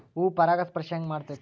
ಹೂ ಪರಾಗಸ್ಪರ್ಶ ಹೆಂಗ್ ಮಾಡ್ತೆತಿ?